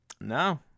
No